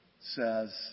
says